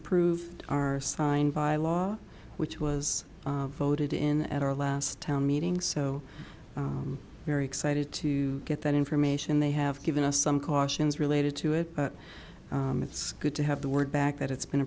approved our sign by law which was voted in at our last town meeting so very excited to get that information they have given us some cautions related to it but it's good to have the word back that it's been